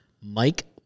Mike